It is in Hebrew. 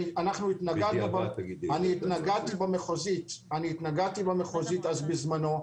אני התנגדתי במחוזית בזמנו,